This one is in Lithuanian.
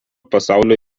pasaulio